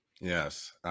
Yes